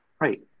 Right